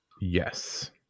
Yes